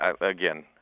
again